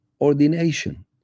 ordination